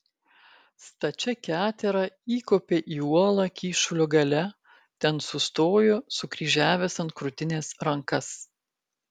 stačia ketera įkopė į uolą kyšulio gale ten sustojo sukryžiavęs ant krūtinės rankas